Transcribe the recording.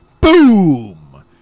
Boom